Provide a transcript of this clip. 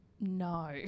No